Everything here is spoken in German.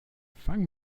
fang